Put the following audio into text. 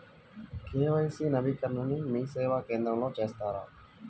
KYC నవీకరణని మీసేవా కేంద్రం లో చేస్తారా?